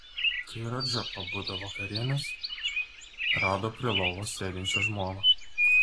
kai radža pabudo vakarienės rado prie lovos sėdinčią žmoną